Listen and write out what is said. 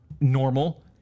normal